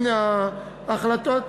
הנה ההחלטות,